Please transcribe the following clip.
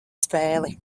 spēli